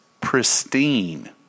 pristine